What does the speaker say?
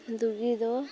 ᱫᱩᱜᱤ ᱫᱚ